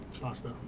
Pasta